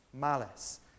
malice